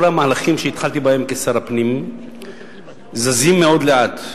כל המהלכים שהתחלתי בהם כשר הפנים זזים מאוד לאט.